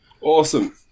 awesome